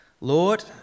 Lord